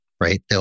right